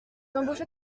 embauchent